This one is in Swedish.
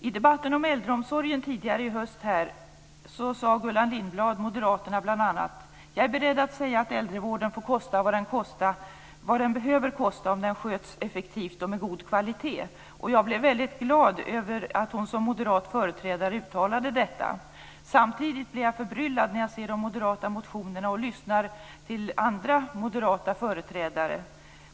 I debatten om äldreomsorgen tidigare i höst här i kammaren sade Gullan Lindblad, moderaterna, bl.a.: "Jag är beredd att säga att äldrevården får kosta vad den behöver kosta om den sköts effektivt och med god kvalitet." Jag blev väldigt glad över att hon som moderat företrädare uttalade detta. Samtidigt blir jag förbryllad när jag ser de moderata motionerna och lyssnar till andra moderata företrädare.